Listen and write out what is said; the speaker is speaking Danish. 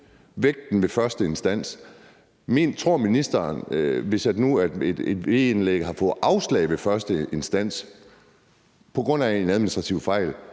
vægten ved første instans. Tror ministeren, at man stadig væk, hvis nu et VE-anlæg har fået afslag i første instans på grund af en administrativ fejl,